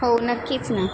हो नक्कीच ना